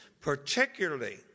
particularly